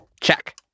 Check